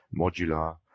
modular